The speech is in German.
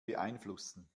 beeinflussen